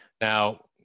Now